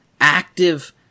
active